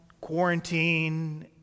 quarantine